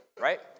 right